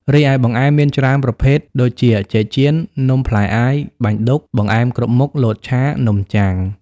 រីឯបង្អែមមានច្រើនប្រភែទដូចជា ចេកចៀន នំផ្លែអាយ បាញ់ឌុក បង្អែមគ្រប់មុខ លតឆា នំចាំង ។